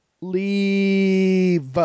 Leave